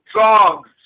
songs